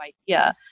idea